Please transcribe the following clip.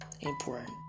important